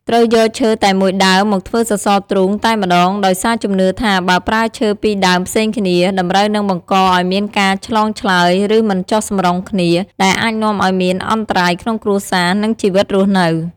ត្រូវយកឈើតែមួយដើមមកធ្វើសសរទ្រូង តែម្ដង ដោយសារជំនឿថា បើប្រើឈើពីរដើមផ្សេងគ្នា តម្រូវនឹងបង្កឲ្យមានការឆ្លងឆ្លើយ ឬមិនចុះសម្រុងគ្នា ដែលអាចនាំឲ្យមានអន្តរាយក្នុងគ្រួសារ និងជីវិតរស់នៅ។